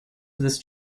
this